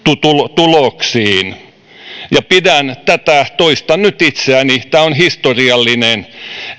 tuloksiin pidän tätä toistan nyt itseäni historiallisena